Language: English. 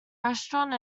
restaurant